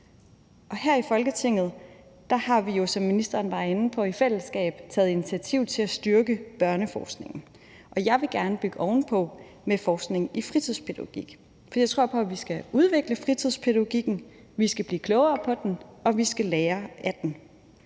Her i Folketinget har vi jo, som ministeren var inde på, i fællesskab taget initiativ til at styrke børneforskningen, og jeg vil gerne bygge ovenpå med forskning i fritidspædagogik, for jeg tror på, at vi skal udvikle fritidspædagogikken, vi skal blive klogere på den, og vi skal lære af den.